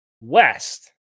West